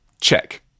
Check